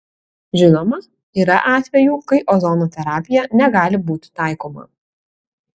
žinoma yra atvejų kai ozono terapija negali būti taikoma